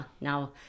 now